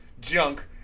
junk